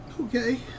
Okay